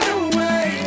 away